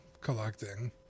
collecting